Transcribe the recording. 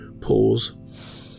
pause